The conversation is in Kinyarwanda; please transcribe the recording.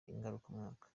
ngarukamwaka